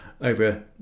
over